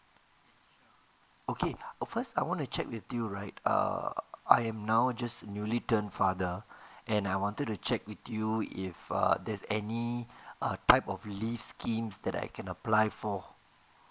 okay first I want to check with you right err I am now just newly turned father and I wanted to check with you if err there is any err type of relief schemes that I can apply for